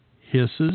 hisses